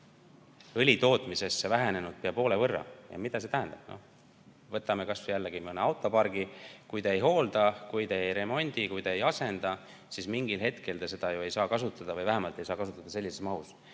õlitootmisse vähenenud pea poole võrra. Mida see tähendab? Võtame näiteks mõne autopargi. Kui te autosid ei hoolda, kui te neid ei remondi, kui te neid ei asenda, siis mingil hetkel te parki ju ei saa kasutada või vähemalt ei saa kasutada sellises mahus.